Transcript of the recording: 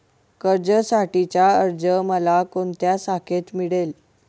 कर्जासाठीचा अर्ज मला कोणत्या शाखेत मिळेल?